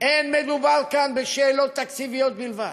אין מדובר כאן בשאלות תקציביות בלבד,